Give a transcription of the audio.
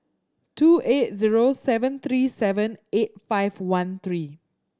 two eight zero seven three seven eight five one three